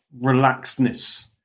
relaxedness